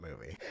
movie